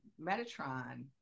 Metatron